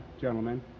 gentlemen